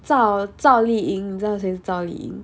zhao zhao li ying 你知道谁是 zhao li ying